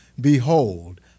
Behold